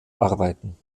arbeiten